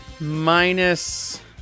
minus